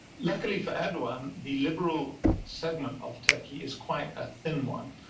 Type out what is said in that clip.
luckily for erdogan, the liberal segment of turkey is quite a thin one.